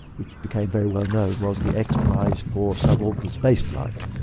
which became very well-known, was the x-prize for sub-orbital spaceflight.